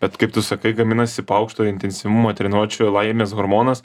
bet kaip tu sakai gaminasi po aukšto intensyvumo treniruočių laimės hormonas